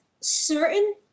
certain